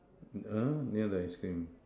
uh near the ice cream